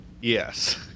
Yes